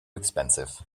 expensive